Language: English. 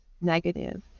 negative